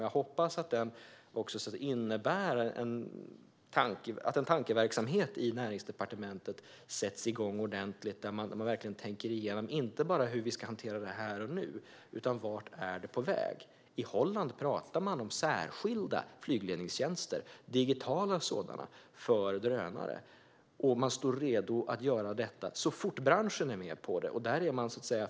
Jag hoppas att en ordentlig tankeverksamhet sätts igång på Näringsdepartementet så att man verkligen tänker igenom inte bara hur detta ska hanteras här och nu utan också vart det är på väg. I Holland talar man om särskilda, digitala flygledningstjänster för drönare. Man står redo att göra detta så fort branschen är med på det.